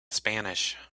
spanish